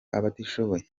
abatishoboye